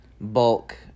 bulk